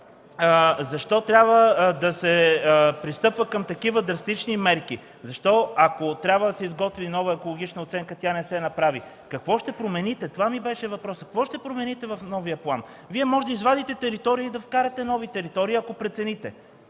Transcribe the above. Защо трябва да се пристъпва към такива драстични мерки? Защо, ако трябва да се изготви нова екологична оценка, тя не се направи? Въпросът ми беше: Какво ще промените в новия план? Вие може да извадите и да вкарате нови територии, ако прецените.